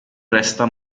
resta